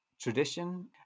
tradition